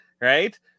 right